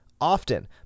often